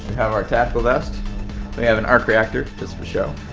have our tackle vest we have an arc reactor just for show